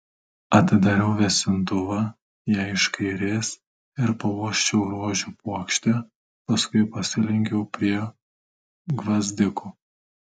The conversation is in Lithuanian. atidariau vėsintuvą jai iš kairės ir pauosčiau rožių puokštę paskui pasilenkiau prie gvazdikų